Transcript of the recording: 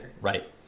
Right